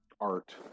art